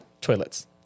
toilets